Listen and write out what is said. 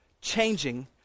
changing